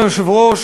היושב-ראש,